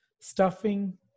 stuffing